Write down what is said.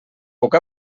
puc